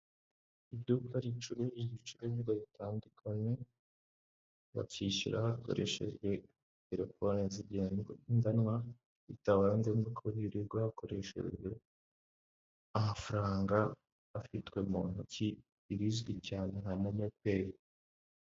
Iduka inshuro ibicuruzwa bitandukanye bakishyura hakoreshejwe telefoni zigendwagendanwa bitarenze ko birirwa hakoreshejwe, amafaranga afitwe mu ntoki irizwi cyane nka momo peyi.